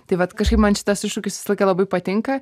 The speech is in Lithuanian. tai vat kažkaip man šitas iššūkis visą laiką labai patinka